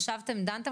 ישבתם, דנתם